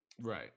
right